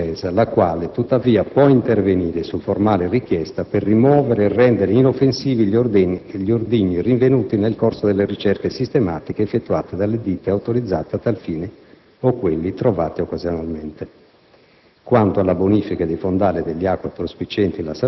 Non esiste, pertanto, una diretta competenza della Difesa la quale, tuttavia, può intervenire, su formale richiesta, per rimuovere e rendere inoffensivi gli ordigni rinvenuti nel corso delle ricerche sistematiche effettuate dalle ditte autorizzate a tal fine o quelli trovati occasionalmente.